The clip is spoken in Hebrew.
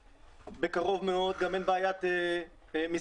בקרוב מאוד גם אין בעיית משרדים,